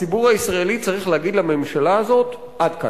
הציבור הישראלי צריך להגיד לממשלה הזאת: עד כאן.